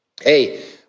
Hey